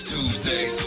Tuesday